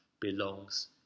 belongs